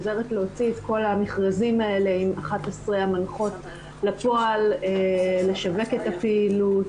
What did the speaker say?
עוזרת להוציא את כל המכרזים האלה עם 11 המנחות לפועל לשווק את הפעילות,